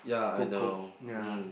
Kukup ya